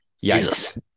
Yes